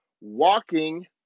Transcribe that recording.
walking